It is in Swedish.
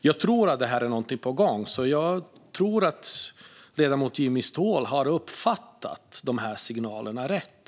Jag tror att något är på gång och att ledamoten Ståhl har uppfattat signalerna rätt.